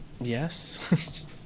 Yes